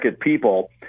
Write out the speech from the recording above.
people